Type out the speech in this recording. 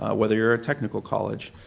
whether you're a technical college.